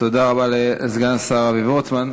תודה רבה לסגן השר אבי וורצמן.